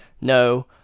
No